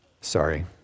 Sorry